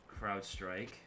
CrowdStrike